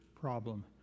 problem